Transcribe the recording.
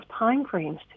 timeframes